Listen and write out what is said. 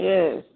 Yes